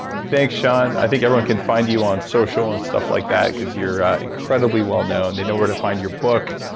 thanks shaun. i think everyone can find you on social and stuff like that, because you're incredibly well known. they know where to find your book.